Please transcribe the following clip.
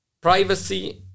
privacy